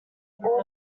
are